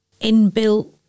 inbuilt